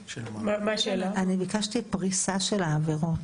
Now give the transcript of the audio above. ביקשתי פריסה של העבירות.